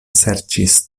serĉis